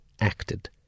acted